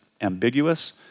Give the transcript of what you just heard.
ambiguous